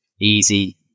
easy